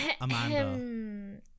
Amanda